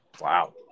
wow